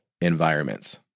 environments